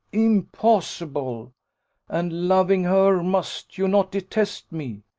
impossible and, loving her, must you not detest me?